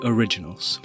Originals